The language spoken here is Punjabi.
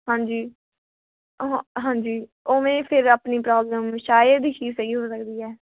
ਹਾਂਜੀ ਹ ਹਾਂਜੀ ਉਵੇਂ ਫਿਰ ਆਪਣੀ ਪ੍ਰੋਬਲਮ ਸ਼ਾਇਦ ਹੀ ਸਹੀ ਹੋ ਸਕਦੀ ਹੈ